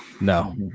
No